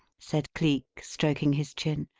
said cleek, stroking his chin.